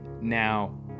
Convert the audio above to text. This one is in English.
Now